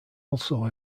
also